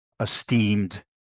esteemed